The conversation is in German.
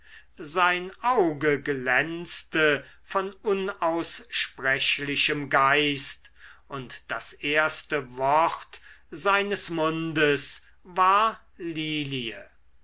sein auge glänzte von unaussprechlichem geist und das erste wort seines mundes war lilie